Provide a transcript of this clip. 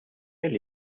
quel